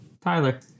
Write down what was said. Tyler